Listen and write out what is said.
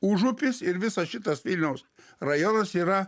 užupis ir visas šitas vilniaus rajonas yra